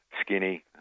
skinny